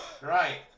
Right